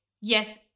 yes